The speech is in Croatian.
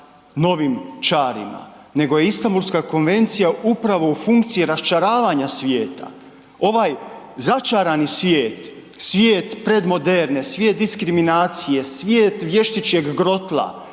novim čarima nego je Istanbulska konvencija upravo u funkciji raščaravanja svijeta. Ovaj začarani svijet, svijet predmoderne, svijet diskriminacije, svijet vještičjeg grotla